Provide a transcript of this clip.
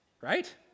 right